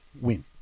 win